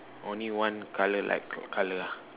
only one colour like colour ah